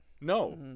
No